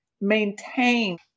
maintain